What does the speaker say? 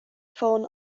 ffôn